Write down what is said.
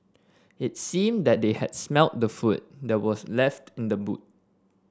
it seemed that they had smelt the food that was left in the boot